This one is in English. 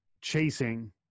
chasing